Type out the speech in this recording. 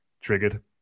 triggered